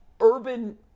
Urban